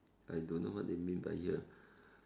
I don't know what they mean by here